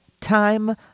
time